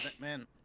man